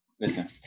listen